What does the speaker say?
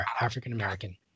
African-American